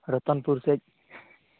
ᱨᱚᱛᱚᱱᱯᱩᱨ ᱥᱮᱫ